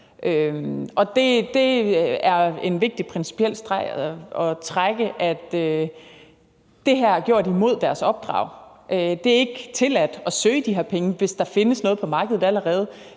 det er en vigtig principiel streg at trække, at det her er gjort imod deres opdrag. Det er ikke tilladt at søge de her penge, hvis der allerede findes noget på markedet, som er